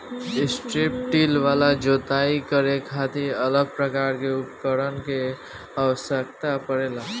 strip till वाला जोताई करे खातिर अलग प्रकार के उपकरण के आवस्यकता पड़ेला